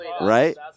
Right